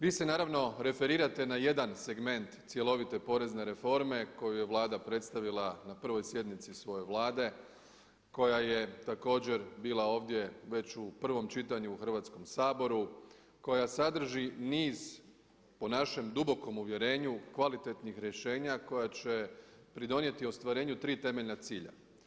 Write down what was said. Vi se naravno referirate na jedan segment cjelovite porezne reforme koji je Vlada predstavila na 1. sjednici svoje Vlade, koja je također bila ovdje već u prvom čitanju u Hrvatskom saboru, koja sadrži niz po našem dubokom uvjerenju, kvalitetnih rješenja koja će pridonijeti ostvarenju tri temeljna cilja.